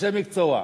אנשי מקצוע.